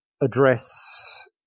address